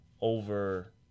over